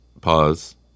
pause